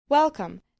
Welcome